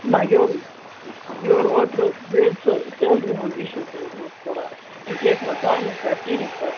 نہ یورٕ یورٕ اوترٕ بیٚیہِ حظ سُہ سٮ۪لری ہُنٛد اِشوٗ تہِ حظ اوس تھوڑا یہِ سانِس پٮ۪ٹھ کِہیٖنۍ سَر